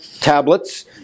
tablets